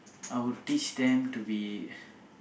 I would teach them to be